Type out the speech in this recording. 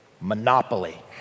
Monopoly